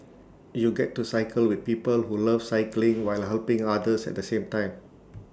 you get to cycle with people who love cycling while helping others at the same time